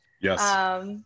Yes